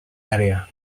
area